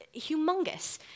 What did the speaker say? humongous